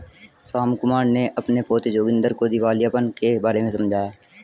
रामकुमार ने अपने पोते जोगिंदर को दिवालियापन के बारे में समझाया